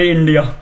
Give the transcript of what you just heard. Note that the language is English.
India